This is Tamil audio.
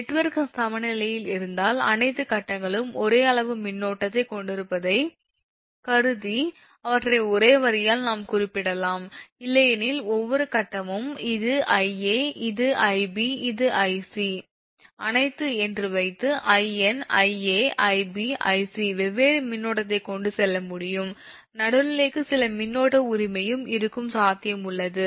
நெட்வொர்க் சமநிலையில் இருந்தால் அனைத்து கட்டங்களும் ஒரே அளவு மின்னோட்டத்தைக் கொண்டிருப்பதாகக் கருதி அவற்றை ஒரே வரியால் நாம் குறிப்பிடலாம் இல்லையெனில் ஒவ்வொரு கட்டமும் இது 𝐼𝑎 இது 𝐼𝑏 இது 𝐼𝑐 அனைத்து என்று வைத்து 𝐼𝑛 𝐼𝑎 𝐼𝑏 𝐼𝑐 வெவ்வேறு மின்னோட்டத்தை கொண்டு செல்ல முடியும் நடுநிலைக்கு சில மின்னோட்ட உரிமையும் இருக்கும் சாத்தியம் உள்ளது